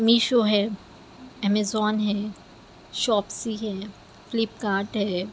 میشو ہے امازون ہے شاپ سی ہے فلپ کارٹ ہے